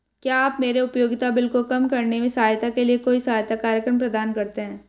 क्या आप मेरे उपयोगिता बिल को कम करने में सहायता के लिए कोई सहायता कार्यक्रम प्रदान करते हैं?